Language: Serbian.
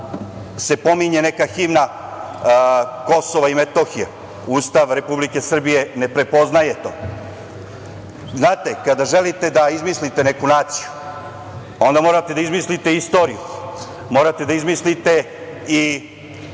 se pominje neka himna KiM. Ustav Republike Srbije ne prepoznaje to. Znate, kada želite da izmislite neku naciju, onda morate da izmislite istoriju, morate da izmislite i